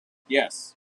yes